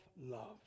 love